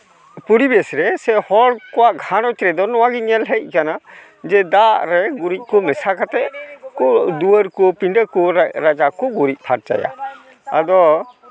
ᱯᱚᱨᱤᱵᱮᱥ ᱨᱮ ᱥᱮ ᱦᱚᱲ ᱠᱚᱣᱟᱜ ᱜᱷᱟᱨᱚᱸᱡᱽ ᱨᱮᱫᱚ ᱱᱚᱣᱟ ᱜᱮ ᱧᱮᱞ ᱦᱮᱡ ᱠᱟᱱᱟ ᱡᱮ ᱫᱟᱜ ᱨᱮ ᱜᱩᱨᱤᱡ ᱠᱚ ᱢᱮᱥᱟ ᱠᱟᱛᱮ ᱠᱚ ᱫᱩᱣᱟᱹᱨ ᱠᱚ ᱯᱤᱸᱰᱟᱹ ᱠᱚ ᱨᱟᱪᱟ ᱠᱚ ᱜᱩᱨᱤᱡ ᱯᱷᱟᱨᱪᱟᱭᱟ ᱟᱫᱚ